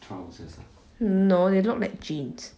no they don't look like jeans